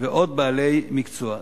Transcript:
ועוד בעלי מקצוע.